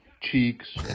cheeks